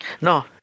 No